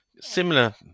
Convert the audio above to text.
similar